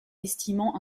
estimant